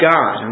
God